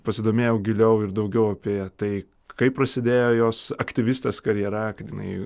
pasidomėjau giliau ir daugiau apie tai kaip prasidėjo jos aktyvistės karjera kad jinai